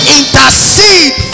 intercede